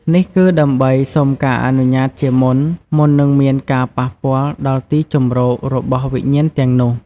នេះគឺដើម្បីសុំការអនុញ្ញាតជាមុន មុននឹងមានការប៉ះពាល់ដល់ទីជម្រករបស់វិញ្ញាណទាំងនោះ។